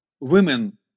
Women